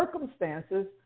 circumstances